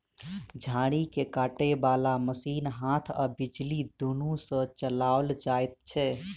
झाड़ी के काटय बाला मशीन हाथ आ बिजली दुनू सँ चलाओल जाइत छै